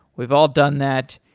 we've all done that,